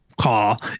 Call